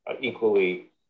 equally